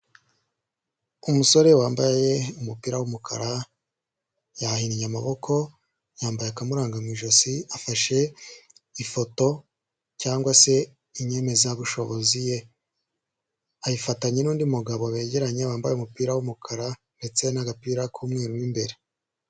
Umusore wambaye umupira w'umukara yahinnye amaboko, yambaye akamuranga mu ijosi, afashe ifoto cyangwa se inyemezabushobozi ye, ayifatanya n'undi mugabo begeranye wambaye umupira w'umukara ndetse n'agapira k'umweru mo imbere.